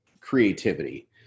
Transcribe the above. creativity